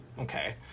okay